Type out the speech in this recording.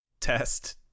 Test